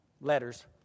letters